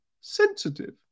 sensitive